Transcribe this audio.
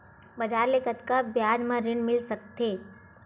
बजार ले कतका ब्याज म पईसा मिल सकत हे?